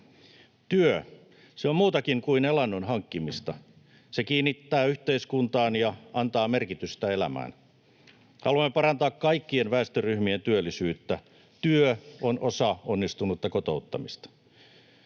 se on muutakin kuin elannon hankkimista: se kiinnittää yhteiskuntaan ja antaa merkitystä elämään. Haluamme parantaa kaikkien väestöryh-mien työllisyyttä. Työ on osa onnistunutta kotouttamista.